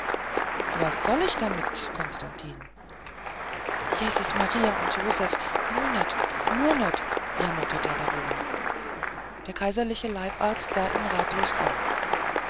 was soll ich damit konstantin jezis maria und josef nur nöt nur nöt jammerte der baron der kaiserliche leibarzt sah ihn ratlos an